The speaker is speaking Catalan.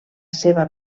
seva